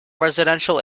residential